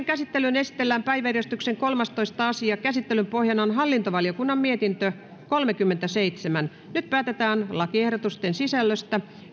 käsittelyyn esitellään päiväjärjestyksen kolmastoista asia käsittelyn pohjana on hallintovaliokunnan mietintö kolmekymmentäseitsemän nyt päätetään lakiehdotusten sisällöstä